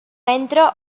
entra